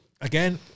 again